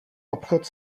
obchod